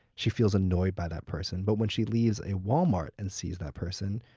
she feels annoyed by that person. but when she leaves a walmart and sees that person,